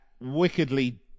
wickedly